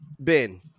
Ben